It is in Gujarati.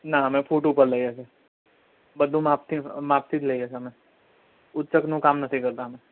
ના અમે ફૂટ ઉપર લઈએ છીએ બધું માપથી માપથી જ લઈએ છે અમે ઉચ્ચકનું કામ નથી કરતા અમે